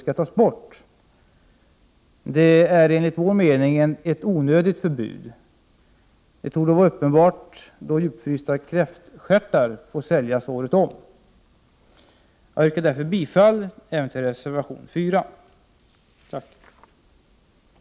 1988/89:35 förbud, vilket torde vara uppenbart, då djupfrysta kräftstjärtar får säljas året 30 november 1988 om. Jag yrkar därför bifall även till reservation 4. ker ÄR TA iske